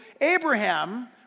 Abraham